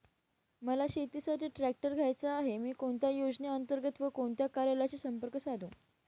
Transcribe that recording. मला शेतीसाठी ट्रॅक्टर घ्यायचा आहे, मी कोणत्या योजने अंतर्गत व कोणत्या कार्यालयाशी संपर्क साधू?